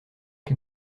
que